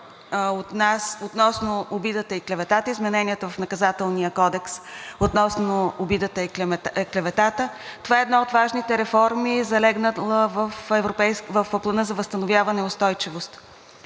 който е относно обидата и клеветата, измененията в Наказателния кодекс относно обидата и клеветата, това е една от важните реформи, залегнала в Плана за възстановяване и устойчивост.